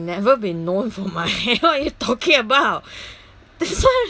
never been known for my what are you talking about that's why